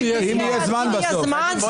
ביום" יבוא "שינוהל הליך חקיקה תקין".